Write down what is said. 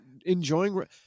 enjoying